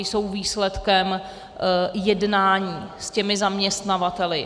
Jsou výsledkem jednání s těmi zaměstnavateli.